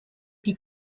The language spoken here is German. die